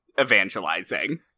evangelizing